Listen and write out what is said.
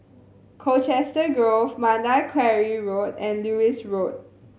Colchester Grove Mandai Quarry Road and Lewis Road